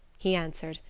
he answered,